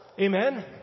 Amen